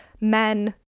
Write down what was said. men